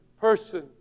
person